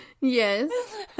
Yes